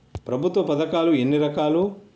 ప్రభుత్వ పథకాలు ఎన్ని రకాలు?